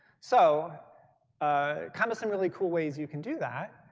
so ah kind of some really cool ways you can do that,